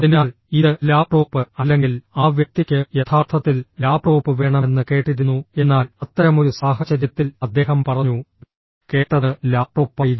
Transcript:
അതിനാൽ ഇത് ലാപ്ടോപ്പ് അല്ലെങ്കിൽ ആ വ്യക്തിക്ക് യഥാർത്ഥത്തിൽ ലാപ്ടോപ്പ് വേണമെന്ന് കേട്ടിരുന്നു എന്നാൽ അത്തരമൊരു സാഹചര്യത്തിൽ അദ്ദേഹം പറഞ്ഞു കേട്ടത് ലാപ്ടോപ്പായിരുന്നു